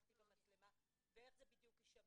מה טיב המצלמה ואיך זה בדיוק יישמר.